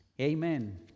Amen